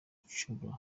inshuro